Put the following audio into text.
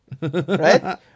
Right